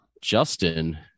Justin